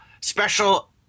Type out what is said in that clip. special